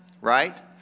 right